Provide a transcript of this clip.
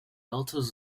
relatives